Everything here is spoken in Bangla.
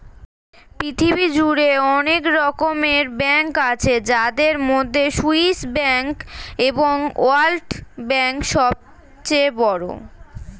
পৃথিবী জুড়ে অনেক রকমের ব্যাঙ্ক আছে যাদের মধ্যে সুইস ব্যাঙ্ক এবং ওয়ার্ল্ড ব্যাঙ্ক সবচেয়ে বড়